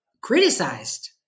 criticized